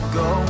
go